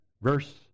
verse